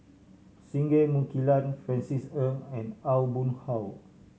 Singai Mukilan Francis Ng and Aw Boon Haw